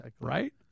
Right